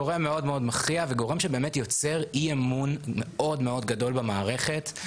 גורם מאוד מאוד מכריע וגורם שבאמת יוצא אי-אמון מאוד מאוד גדול במערכת.